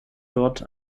dort